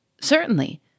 Certainly